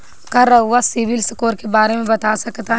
का रउआ सिबिल स्कोर के बारे में बता सकतानी?